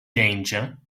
danger